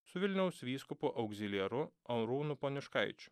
su vilniaus vyskupu augziliaru arūnu poniškaičiu